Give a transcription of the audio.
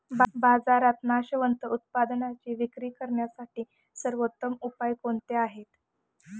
बाजारात नाशवंत उत्पादनांची विक्री करण्यासाठी सर्वोत्तम उपाय कोणते आहेत?